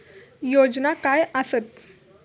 योजना काय आसत?